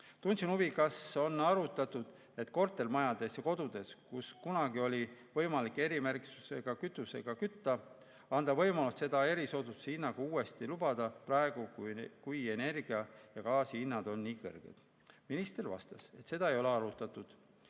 Tundsin ka huvi, kas on arutatud, et kortermajades ja kodudes, kus kunagi oli võimalik erimärgistusega kütusega kütta, anda võimalus seda erisoodustuse hinnaga uuesti lubada, sest praegu on energia ja gaasi hinnad nii kõrged. Minister vastas, et seda ei ole arutatud.